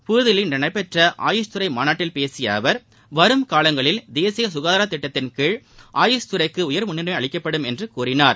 புதுதில்லியில் இன்று நடைபெற்ற ஆயூஷ் துறை மாநாட்டில் பேசிய அவர் வரும் காலங்களில் தேசிய சுகாதாரத் திட்டத்தின்கீழ் ஆயூஷ் துறைக்கு உயர் முன்னுரிமை அளிக்கப்படும் என்று கூறினார்